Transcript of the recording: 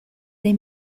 dei